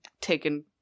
taken